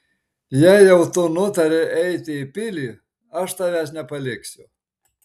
jei jau tu nutarei eiti į pilį aš tavęs nepaliksiu